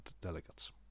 delegates